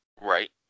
Right